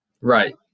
Right